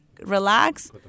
relax